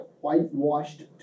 whitewashed